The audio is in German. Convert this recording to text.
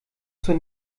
zur